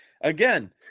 again